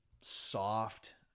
soft